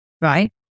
right